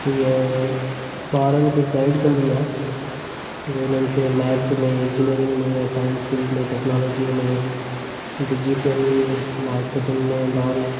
हीअ ॿारनि खे गाइड कंदी आहे भई उन्हनि खे मैथ्स में इंजीनियरींग में या साइंस फील्ड में टैक्नोलोजीअ में डिजिटल मार्केटिंग में एंड ऑल